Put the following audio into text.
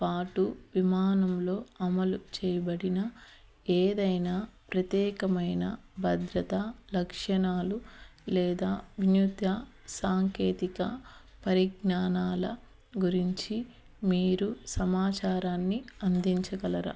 పాటు విమానంలో అమలు చేయబడిన ఏదైనా ప్రత్యేకమైన భద్రతా లక్షణాలు లేదా వినూత్న సాంకేతిక పరిజ్ఞానాల గురించి మీరు సమాచారాన్ని అందించగలరా